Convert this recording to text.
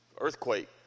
Earthquake